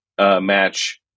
match